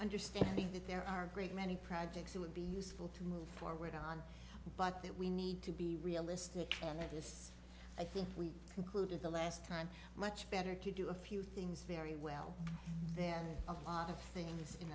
understanding that there are great many projects it would be useful to move forward on but that we need to be realistic and i just i think we concluded the last time much better to do a few things very well then a lot of things in